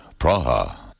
Praha